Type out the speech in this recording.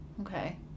Okay